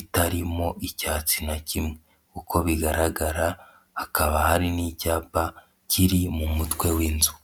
itarimo icyatsi na kimwe, uko bigaragara hakaba hari n'icyapa kiri mu mutwe w'inzu.